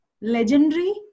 Legendary